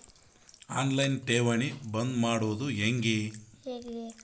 On line ಠೇವಣಿ ಬಂದ್ ಮಾಡೋದು ಹೆಂಗೆ?